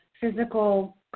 physical